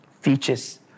features